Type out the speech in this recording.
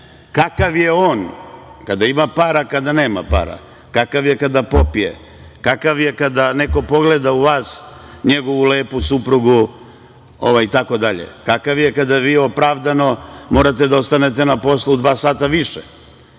kakav je on kada ima para, kada nema para, kakav je kada popije, kakav je kada neko pogleda u vas, njegovu lepu suprugu itd, kakav je kada vi opravdano morate da ostanete na poslu dva sata više.